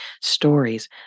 Stories